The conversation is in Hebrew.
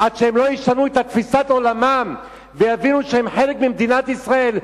עד שהם לא ישנו את תפיסת עולמם ויבינו שהם חלק ממדינת ישראל,